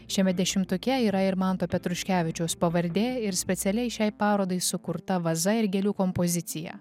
šiame dešimtuke yra ir manto petruškevičiaus pavardė ir specialiai šiai parodai sukurta vaza ir gėlių kompozicija